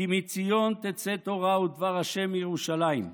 כי מציון תצא תורה ודבר ה' מירושלים.